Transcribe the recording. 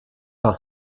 par